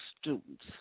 students